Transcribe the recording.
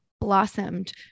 blossomed